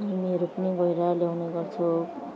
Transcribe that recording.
हामीहरू पनि गएर ल्याउने गर्छौँ